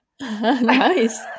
nice